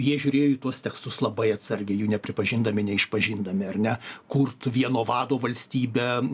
jie žiūrėjo į tuos tekstus labai atsargiai jų nepripažindami neišpažindami ar ne kurt vieno vado valstybę